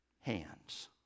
hands